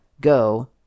go